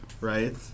right